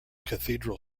cathedral